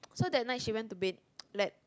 so that night she went to bed like